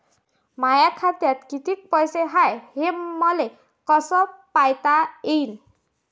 माया खात्यात कितीक पैसे हाय, हे मले कस पायता येईन?